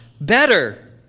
better